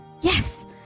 Yes